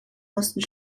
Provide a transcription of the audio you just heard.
mussten